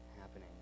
happening